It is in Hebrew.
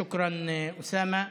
שוכרן, אוסאמה.